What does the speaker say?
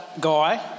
guy